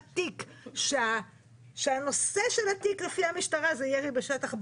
תיק שהנושא של התיק לפי המשטרה זה ירי בשטח בנוי.